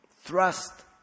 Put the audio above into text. thrust